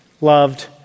loved